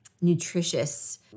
nutritious